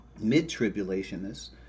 mid-tribulationists